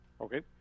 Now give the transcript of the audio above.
Okay